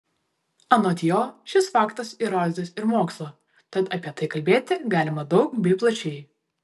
anot jo šis faktas įrodytas ir mokslo tad apie tai kalbėti galima daug bei plačiai